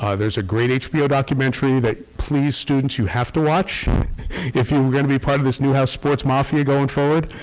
ah there's a great hbo documentary that please students you have to watch if you're going to be part of this newhouse sports mafia going forward